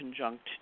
conjunct